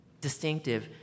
distinctive